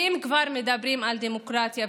ואם כבר מדברים על דמוקרטיה,